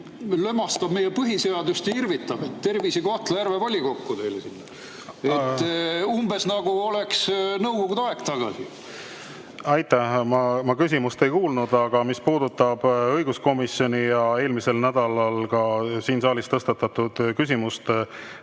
Lömastab meie põhiseadust ja irvitab. Tervisi Kohtla-Järve volikokku teile sinna! Nagu oleks Nõukogude aeg tagasi. Aitäh! Ma küsimust ei kuulnud. Aga mis puudutab õiguskomisjoni ja eelmisel nädalal ka siin saalis tõstatatud küsimust